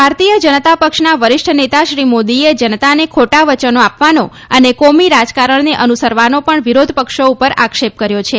ભારતીય જનતા પક્ષના વરિષ્ઠ નેતા શ્રી મોદીએ જનતાને ખોટા વચનો આપવાનો અને કોમી રાજકારણને અનુસરવાનો પણ વિરોધ પક્ષો ઉપર આક્ષેપ કર્યો છે